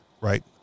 right